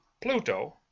Pluto